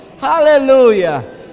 Hallelujah